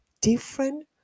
different